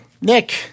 Nick